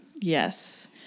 Yes